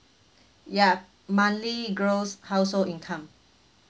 ya monthly gross household income